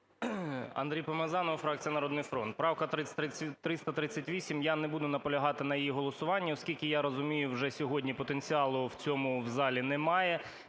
АндрійПомазанов, фракція "Народний фронт", правка 338. Я не буду наполягати на її голосуванні, оскільки я розумію, вже сьогодні потенціалу в цьому залі немає.